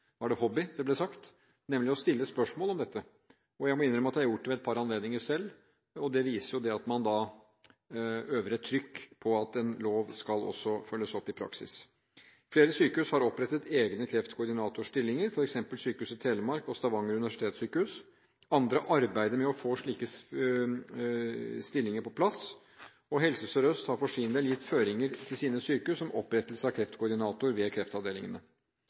hobby, som det ble sagt, nemlig å stille spørsmål om dette. Jeg må innrømme at jeg selv har gjort det ved et par anledninger. Det viser at man øver et trykk på at en lov også skal følges opp i praksis. Flere sykehus har opprettet egne kreftkoordinatorstillinger, f.eks. Sykehuset Telemark og Stavanger universitetssjukehus. Andre arbeider med å få slike stillinger på plass. Helse Sør-Øst for sin del har gitt føringer til sine sykehus om opprettelse av kreftkoordinatorer ved kreftavdelingene.